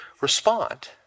respond